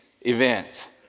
event